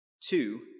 two